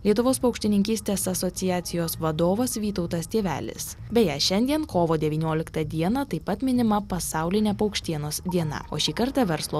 lietuvos paukštininkystės asociacijos vadovas vytautas tėvelis beje šiandien kovo devynioliktą dieną taip pat minima pasaulinė paukštienos diena o šį kartą verslo